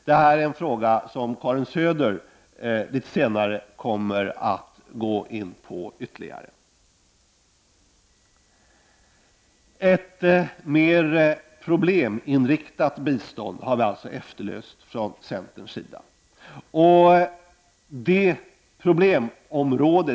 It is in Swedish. Detta är en fråga som Karin Söder litet senare kommer att beröra ytterligare. Ett mer probleminriktat bistånd är alltså det som vi från centerns sida har efterlyst.